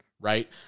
right